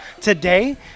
today